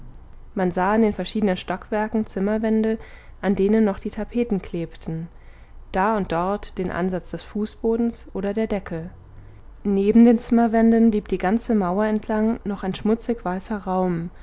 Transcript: man sah in den verschiedenen stockwerken zimmerwände an denen noch die tapeten klebten da und dort den ansatz des fußbodens oder der decke neben den zimmerwänden blieb die ganze mauer entlang noch ein schmutzigweißer raum